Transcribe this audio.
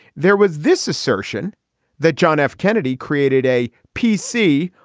there was this assertion that john f. kennedy created a p c.